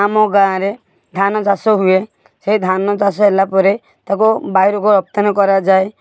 ଆମ ଗାଁରେ ଧାନ ଚାଷ ହୁଏ ସେଇ ଧାନ ଚାଷ ହେଲା ପରେ ତାକୁ ବାହାରକୁ ରପ୍ତାନୀ କରାଯାଏ